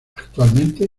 actualmente